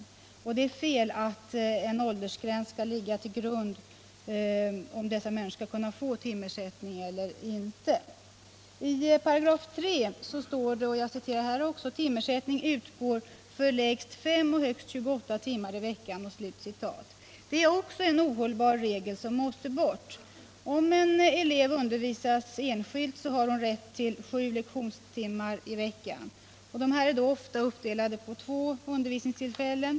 Det är fel att en åldersgräns skall ligga till grund för reglerna för om dessa människor skall kunna få timersättning eller inte. 13 § står det att ”timersättning utgår för lägst fem och högst 28 timmar i veckan”. Också det är en ohållbar regel, som måste bort. Om en elev undervisas enskilt, har hon eller han rätt till sju lektionstimmar i veckan. Dessa är då oftast uppdelade på två undervisningstillfällen.